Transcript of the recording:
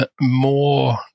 more